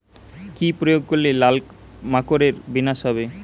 কি প্রয়োগ করলে লাল মাকড়ের বিনাশ হবে?